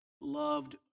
loved